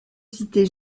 citer